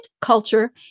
culture